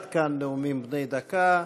עד כאן נאומים בני דקה.